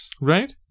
Right